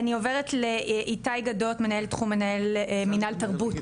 אני עוברת לאיתי גדות, מנהל תחום מנהל תרבות.